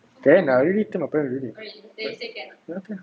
can I already tell my parents already ya can